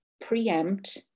preempt